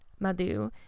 Madhu